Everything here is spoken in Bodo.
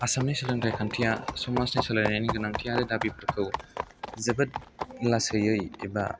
आसामनि सोलोंथाय खान्थिया समाजनि सोलायनायनि गोनांथि दा बेफोरखौ जोबोत लासैयै एबा